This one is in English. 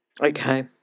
Okay